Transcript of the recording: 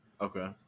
Okay